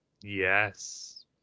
Yes